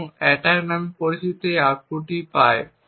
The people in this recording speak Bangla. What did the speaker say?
এবং অ্যাটাক নামে পরিচিত একটি আউটপুট পাই